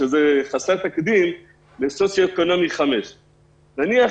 שזה חסר תקדים לאוכלוסייה בדירוג סוציו-אקונומי 5. נניח